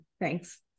Thanks